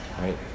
Right